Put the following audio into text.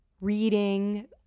reading